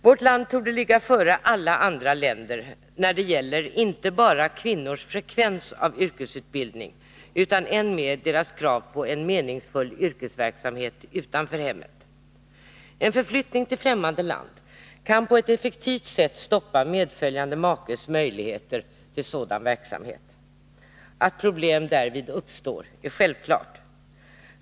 Vårt land torde ligga före alla andra länder när det gäller inte bara kvinnors frekvens av yrkesutbildning utan än mer deras krav på en meningsfull yrkesverksamhet utanför hemmet. En förflyttning till fftämmande land kan på ett effektivt sätt stoppa medföljande makes möjligheter till sådan verksamhet. Att problem därvid uppstår är självklart.